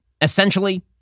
essentially